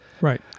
Right